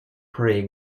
prey